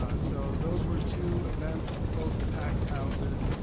so those were two events, both packed houses.